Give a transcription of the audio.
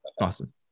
awesome